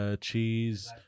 cheese